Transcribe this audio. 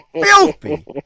Filthy